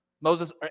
Moses